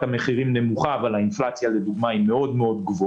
המחירים נמוכה אבל האינפלציה גבוהה מאוד.